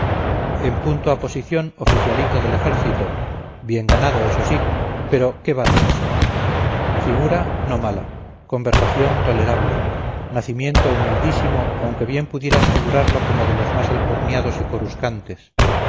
en punto a posición oficialito del ejército bien ganado eso sí pero qué vale eso figura no mala conversación tolerable nacimiento humildísimo aunque bien pudieras figurarlo como de los más alcurniados y